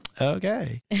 okay